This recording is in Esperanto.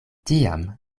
tiam